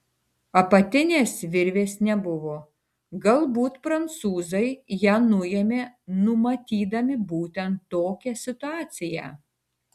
apatinės virvės nebuvo galbūt prancūzai ją nuėmė numatydami būtent tokią situaciją